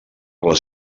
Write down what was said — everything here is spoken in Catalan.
les